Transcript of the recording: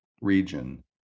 region